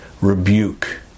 rebuke